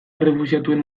errefuxiatuen